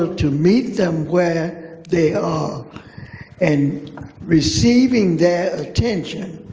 to meet them where they are and receiving their attention.